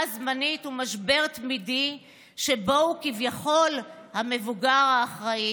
מממשלה זמנית וממשבר תמידי שבו הוא כביכול המבוגר האחראי?